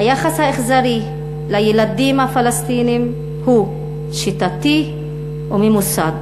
היחס האכזרי לילדים הפלסטינים הוא שיטתי וממוסד.